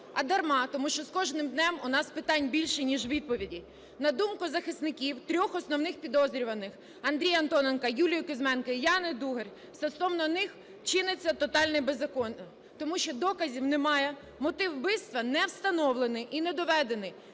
А дарма, тому що з кожним днем у нас питань більше ніж відповідей. На думку захисників трьох основних підозрюваних: Андрія Антоненка, Юлії Кузьменко і Яни Дугарь, - стосовно них чиниться тотальне беззаконня, тому що доказів немає, мотив вбивства не встановлений і не доведений,